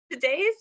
Today's